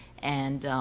and